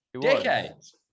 decades